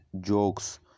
jokes